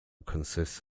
consists